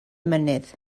mynydd